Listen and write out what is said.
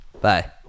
bye